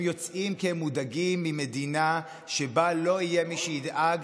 הם יוצאים כי הם מודאגים ממדינה שבה לא יהיה מי שידאג